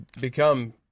become